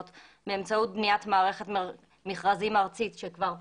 באמצעות בניית מערכת מכרזים ארצית שכבר פיתחנו,